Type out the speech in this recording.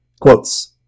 Quotes